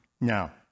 now